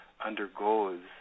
undergoes